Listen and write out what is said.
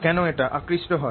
কেন এটা আকর্ষিত হয়